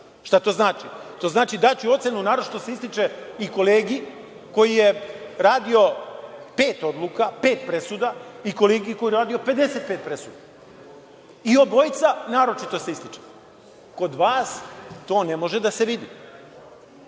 Šta to znači? To znači daću ocenu – naročito se ističe, i kolegi koji je radio pet odluka, pet presuda i kolegi koji je radio 55 presuda i obojica – naročito se ističe. Kod vas to ne može da se vidi. Ja